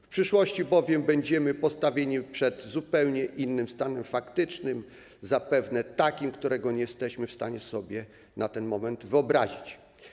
W przyszłości bowiem będziemy postawieni przed zupełnie innym stanem faktycznym, zapewne takim, którego nie jesteśmy w stanie sobie na ten moment wyobrazić.